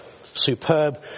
superb